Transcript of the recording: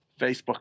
Facebook